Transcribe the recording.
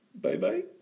Bye-bye